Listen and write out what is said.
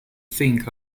think